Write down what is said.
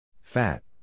Fat